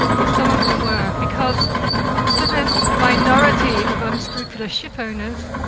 but some of them were, because for the minority of unscrupulous ship owners,